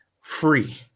free